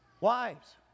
Wives